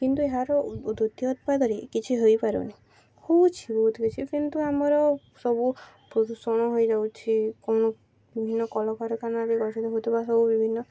କିନ୍ତୁ ଏହାର ଦ୍ଵିତୀୟ ଉତ୍ପାଦରେ କିଛି ହେଇପାରୁନି ହେଉଛି ବହୁତ କିଛି କିନ୍ତୁ ଆମର ସବୁ ପ୍ରଦୂଷଣ ହୋଇଯାଉଛି କ'ଣ ବିଭିନ୍ନ କଳକାରଖାନାରେ ପ୍ରଦୂଷିତ ହେଉଥିବା ସବୁ ବିଭିନ୍ନ